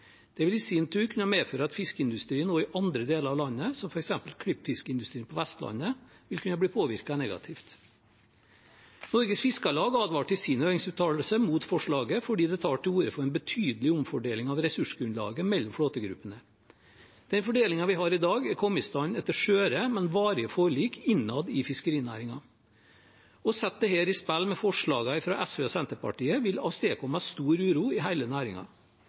Det vil i sin tur kunne medføre at fiskeindustrien også i andre deler av landet, f.eks. klippfiskindustrien på Vestlandet, vil kunne bli påvirket negativt. Norges Fiskarlag advarte i sin høringsuttalelse mot forslaget fordi det tar til orde for en betydelig omfordeling av ressursgrunnlaget mellom flåtegruppene. Den fordelingen vi har i dag, er kommet i stand etter skjøre, men varige forlik innad i fiskerinæringen. Å sette dette i spill med forslagene fra SV og Senterpartiet vil avstedkomme stor uro i